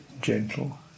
gentle